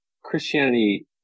Christianity